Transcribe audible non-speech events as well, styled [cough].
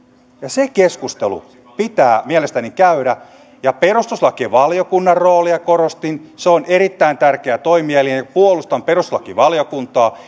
se keskustelu pitää mielestäni käydä ja perustuslakivaliokunnan roolia korostin se on erittäin tärkeä toimija eli puolustan perustuslakivaliokuntaa [unintelligible]